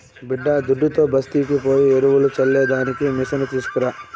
బిడ్డాదుడ్డుతో బస్తీకి పోయి ఎరువులు చల్లే దానికి మిసను తీస్కరా